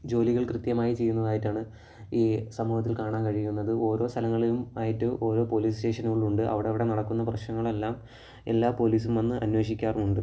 ജോലികൾ കൃത്യമായി ചെയ്യുന്നതായിട്ടാണ് ഈ സമൂഹത്തിൽ കാണാൻ കഴിയുന്നത് ഓരോ സ്ഥലങ്ങളിലും ആയിട്ട് ഓരോ പോലീസ് സ്റ്റേഷനുകളുണ്ട് അവിടവിടെ നടക്കുന്ന പ്രശ്നങ്ങളെല്ലാം എല്ലാ പോലീസും വന്ന് അന്വേഷിക്കാറുമുണ്ട്